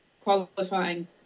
qualifying